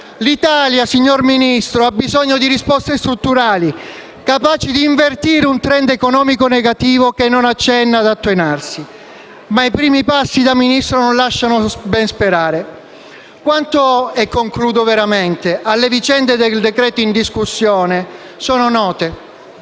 L'Italia, signor Ministro, ha bisogno di risposte strutturali, capaci d'invertire un *trend* economico negativo che non accenna ad attenuarsi. Ma i suoi primi passi da Ministro non lasciano ben sperare. In conclusione, le vicende del decreto-legge in discussione sono note: